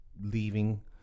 leaving